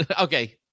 okay